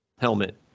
helmet